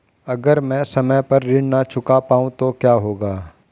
अगर म ैं समय पर ऋण न चुका पाउँ तो क्या होगा?